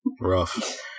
Rough